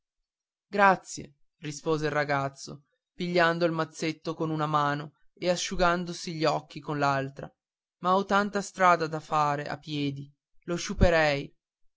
grazie rispose il ragazzo pigliando il mazzetto con una mano e asciugandosi gli occhi con l'altra ma ho tanta strada da fare a piedi lo sciuperei